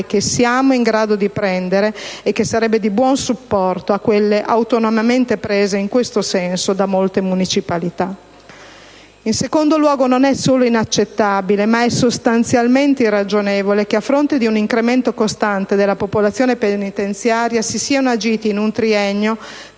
che siamo in grado di prendere e che sarebbe di buon supporto a quelle autonomamente prese in questo senso da molte municipalità. In secondo luogo è non solo inaccettabile ma sostanzialmente irragionevole che, a fronte di un incremento costante della popolazione penitenziaria, si siano agiti in un triennio